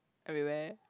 everywhere